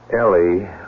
Ellie